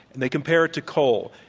they compare it to coal.